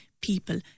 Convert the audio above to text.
people